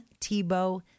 Tebow